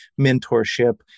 mentorship